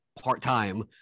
part-time